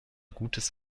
gutes